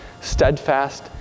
steadfast